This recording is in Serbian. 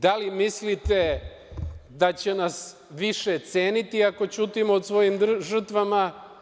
Da li mislite da će nas više ceniti ako ćutimo o svojim žrtvama?